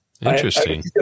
Interesting